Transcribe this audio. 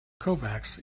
kovacs